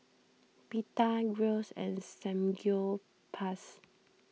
Pita Gyros and Samgyeopsal